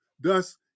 thus